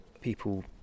people